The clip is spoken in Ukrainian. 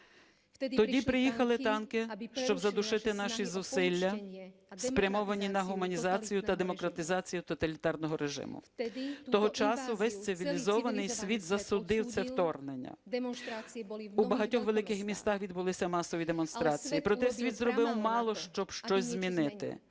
Тоді приїхали танки, щоб задушити наші зусилля, спрямовані на гуманізацію та демократизацію тоталітарного режиму. Того часу весь цивілізований світ засудив це вторгнення. У багатьох великих містах відбулися масові демонстрації. Проте світ зробив мало, щоб щось змінити.